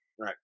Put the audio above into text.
Right